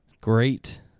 Great